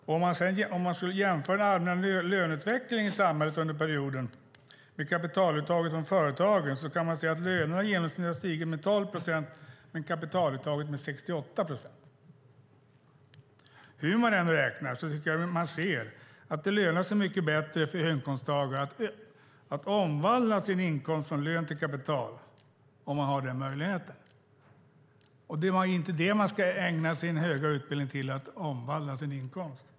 Om man skulle jämföra med den allmänna löneutvecklingen i samhället under samma period kan man se att lönerna i genomsnitt har stigit med 12 procent och kapitaluttaget med 68 procent. Hur man än räknar tycker jag att man ser att det lönar sig mycket bättre för höginkomsttagare att omvandla sin inkomst från lön till kapital om man har den möjligheten. Att omvandla sin inkomst är inte vad man ska använda sin höga utbildning till.